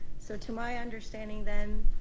so to my understanding then,